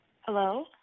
Hello